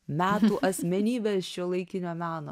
metų asmenybės šiuolaikinio meno